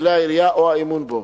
כלי הירייה או האימון בו.